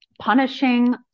punishing